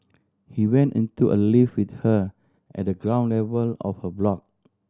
he went into a lift with her at the ground of her block